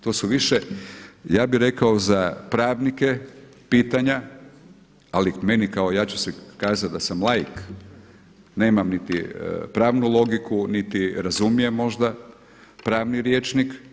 To su više ja bih rekao za pravnike pitanja, ali meni kao, ja ću kazati da sam laik, nemam niti pravnu logiku, niti razumijem možda pravni rječnik.